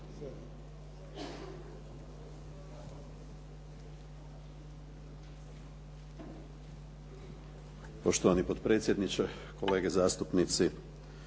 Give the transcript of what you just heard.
Poštovani potpredsjedniče, kolegice